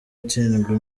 itsindwa